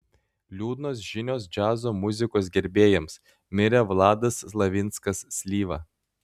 liūdnos žinios džiazo muzikos gerbėjams mirė vladas slavinskas slyva